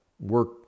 work